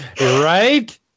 Right